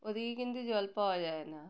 ওদিকে কিন্তু জল পাওয়া যায় না